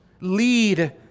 lead